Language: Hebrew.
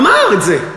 אמר את זה.